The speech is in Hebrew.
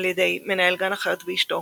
על-ידיי מנהל גן החיות ואשתו,